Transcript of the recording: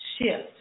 shift